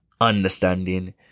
understanding